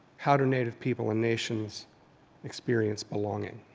how do native people and nations experience belonging.